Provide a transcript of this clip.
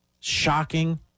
shocking